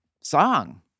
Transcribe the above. song